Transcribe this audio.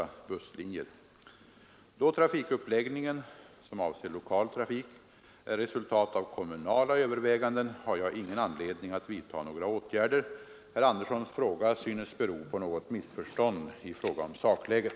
Då trafikuppläggningen — som avser lokal trafik — är resultat av kommunala överväganden, har jag ingen anledning att vidta några åtgärder. Herr Anderssons fråga synes bero på något missförstånd i fråga om sakläget.